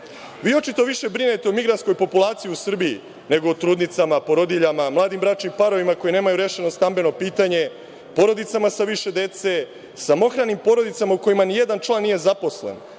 očito više brinete o migrantskoj populaciji u Srbiji nego o trudnicama, porodiljama, mladim bračnim parovima koji nemaju rešeno stambeno pitanje, porodicama sa više dece, samohranim porodicama u kojima nijedan član nije zaposlen